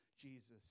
Jesus